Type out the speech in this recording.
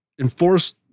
enforce